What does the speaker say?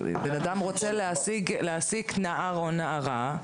בן אדם רוצה להעסיק נער או נערה,